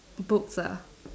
books ah